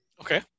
Okay